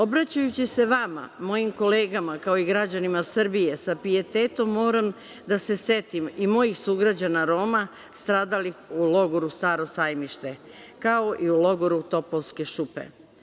Obraćajući se vama, mojim kolegama, kao i građanima Srbije sa pijetetom moram da se setim i mojih sugrađana Roma stradalih u logoru „Staro Sajmište“, kao i u logoru „Topovske šupe“